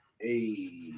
hey